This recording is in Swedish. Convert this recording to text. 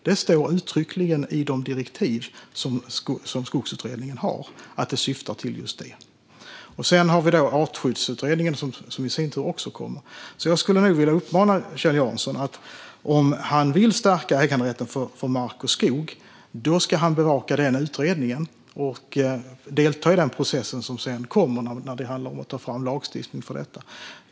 Det står uttryckligen i de direktiv som Skogsutredningen har att det syftar till just detta. Sedan har vi då artskyddsutredningen, som också kommer. Om Kjell Jansson vill stärka äganderätten för mark och skog skulle jag nog alltså vilja uppmana honom att bevaka den utredningen och delta i den process som sedan kommer när det handlar om att ta fram lagstiftning för detta.